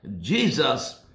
Jesus